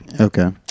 okay